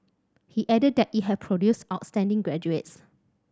he added that it had produce outstanding graduates